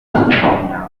nyafurika